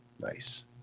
nice